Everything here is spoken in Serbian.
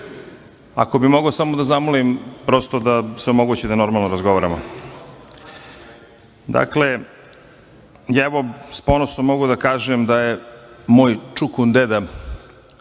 bih mogao samo da zamolim prosto da se omogući da normalno razgovaramo. Dakle, ja evo sa ponosom mogu da kažem da je moj čukundeda